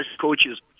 coaches